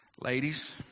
ladies